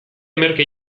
merke